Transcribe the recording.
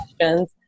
questions